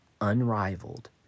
unrivaled